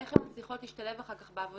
לאיך הן מצליחות להשתלב אחר כך בעבודה.